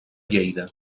lleida